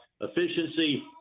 efficiency